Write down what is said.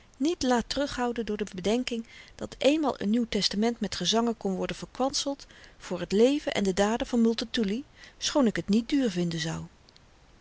niet laat terughouden door de bedenking dat eenmaal n nieuw testament met gezangen kon worden verkwanseld voor t leven en de daden van multatuli schoon ik t niet duur vinden zou